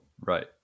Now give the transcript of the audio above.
Right